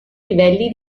livelli